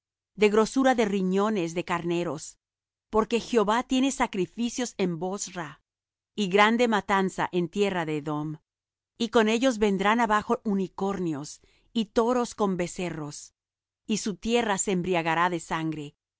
de grosura de riñones de carneros porque jehová tiene sacrificios en bosra y grande matanza en tierra de edom y con ellos vendrán abajo unicornios y toros con becerros y su tierra se embriagará de sangre